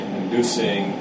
inducing